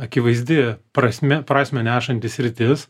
akivaizdi prasme prasmę nešanti sritis